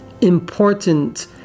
important